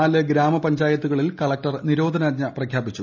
നാല് ഗ്രാമ പഞ്ചായത്തുകളിൽ കളക്ടർ നിരോധനാജ്ഞ പ്രഖ്യാപിച്ചു